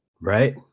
right